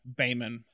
bayman